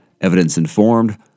evidence-informed